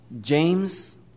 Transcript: James